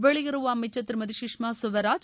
வெளியுறவு அமைச்சர் திருமதி கஷ்மா கவராஜ்